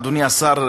אדוני השר,